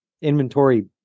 inventory